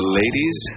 ladies